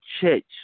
church